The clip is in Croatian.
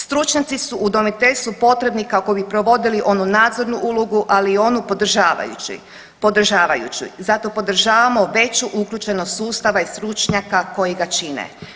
Stručnjaci su udomiteljstvu potrebni kako bi provodili onu nadzornu ulogu, ali i onu podržavajuću, zato podržavamo veću uključenost sustava i stručnjaka koji ga čine.